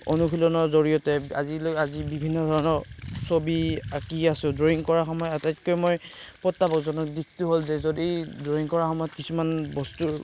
অনুশীলনৰ জৰিয়তে আজিলৈ আজি বিভিন্ন ধৰণৰ ছবি আঁকি আছো ড্ৰয়িং কৰাৰ সময়ত আটাইতকৈ মই প্ৰত্যাহ্বানজনক দিশটো হ'ল যে যদি ড্ৰয়িং কৰাৰ সময়ত কিছুমান বস্তুৰ